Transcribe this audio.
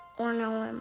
or know him,